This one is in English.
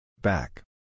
Back